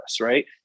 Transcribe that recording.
Right